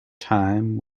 time